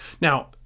Now